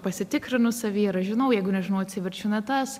pasitikrinu savy ar aš žinau jeigu nežinau atsiverčiu natas